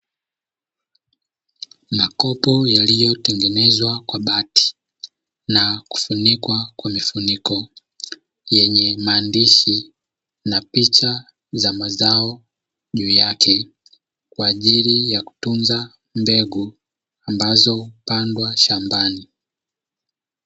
Makopo yaliyotengenezwa kwa bati na kufunikwa kwa mfuniko, yenye maandishi na picha za mazao juu yake, kwa ajili ya kutunza mbegu ambazo hupanda shambani.